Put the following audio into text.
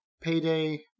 Payday